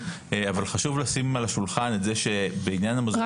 אבל חשוב לשים על השולחן את זה שבעניין המוזיאונים